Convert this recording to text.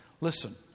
Listen